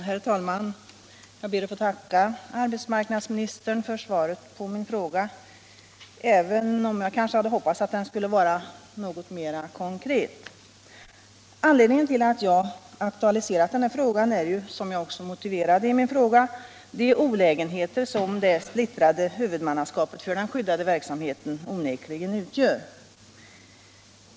Herr talman! Jag ber att få tacka arbetsmarknadsministern för svaret på min fråga, även om jag kanske hade hoppats att det skulle vara något mer konkret. Anledningen till att jag aktualiserade den här frågan var — som jag också motiverat i frågan — de olägenheter som det splittrade huvudmannaskapet för den skyddade verksamheten onekligen innebär.